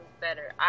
better